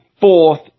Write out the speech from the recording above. fourth